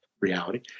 reality